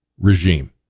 regime